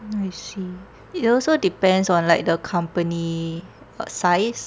I see it also depends on like the company size